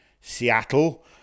Seattle